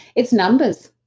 it's numbers.